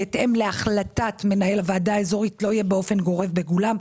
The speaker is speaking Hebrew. בהתאם להחלטת מנהל הוועדה האזורית לא יהיה באופן גורף בכולם,